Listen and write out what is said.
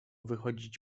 wychodzić